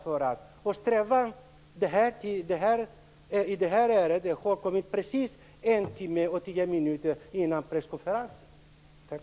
När det gäller det här ärendet har man informerat precis en timme och tio minuter före presskonferensen.